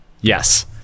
yes